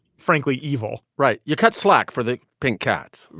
frankly, evil right. you cut slack for the pink cat.